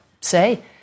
say